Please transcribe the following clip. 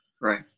Right